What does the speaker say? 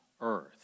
earth